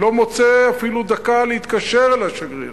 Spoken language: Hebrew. לא מוצא אפילו דקה להתקשר לשגריר.